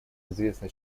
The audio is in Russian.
известно